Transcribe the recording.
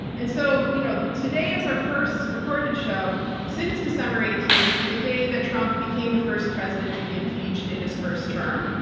and so you know today, as our first recorded show since december eighteenth, the day that trump became the first president to be impeached in his first term,